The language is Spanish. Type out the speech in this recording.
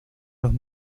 los